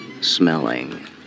Smelling